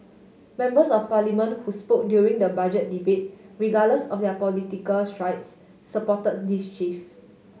members of Parliament who spoke during the Budget debate regardless of their political stripes support this shift